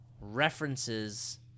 references